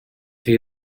chi